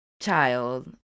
child